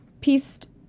pieced